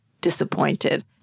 disappointed